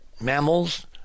mammals